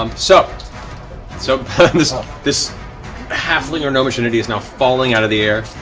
um so so this um this halfling or gnomish entity is now falling out of the air.